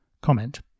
comment